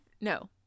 No